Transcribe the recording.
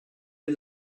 est